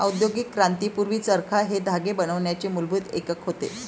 औद्योगिक क्रांती पूर्वी, चरखा हे धागे बनवण्याचे मूलभूत एकक होते